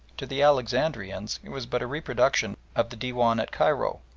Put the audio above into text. to the alexandrians it was but a reproduction of the dewan at cairo,